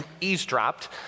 eavesdropped